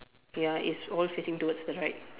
ya it's all facing towards the right